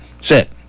sit